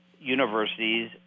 universities